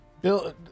Bill